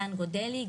יאן גודלי,